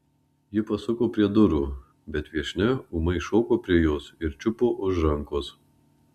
ji pasuko prie durų bet viešnia ūmai šoko prie jos ir čiupo už rankos